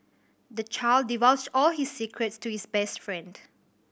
the child divulged all his secrets to his best friend